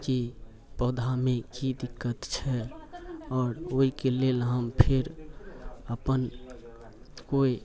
कि पौधामे की दिक्कत छै आओर ओहिके लेल हम फेर अपन कोइ